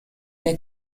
der